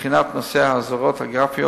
בחינת נושא האזהרות הגרפיות,